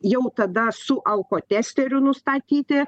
jau tada su alkotesteriu nustatyti